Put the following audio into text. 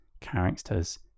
characters